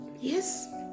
Yes